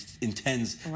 intends